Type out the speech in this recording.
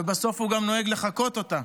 ובסוף הוא גם נוהג לחקות אותה.